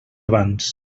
abans